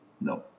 No